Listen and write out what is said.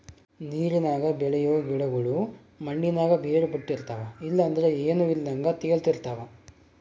ನೀರಿನಾಗ ಬೆಳಿಯೋ ಗಿಡುಗುಳು ಮಣ್ಣಿನಾಗ ಬೇರು ಬುಟ್ಟಿರ್ತವ ಇಲ್ಲಂದ್ರ ಏನೂ ಇಲ್ದಂಗ ತೇಲುತಿರ್ತವ